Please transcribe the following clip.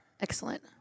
excellent